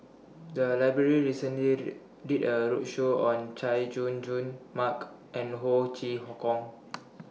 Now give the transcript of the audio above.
The Library recently did A roadshow on Chay Jung Jun Mark and Ho Chee Kong